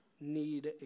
need